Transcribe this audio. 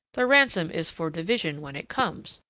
the ransom is for division, when it comes.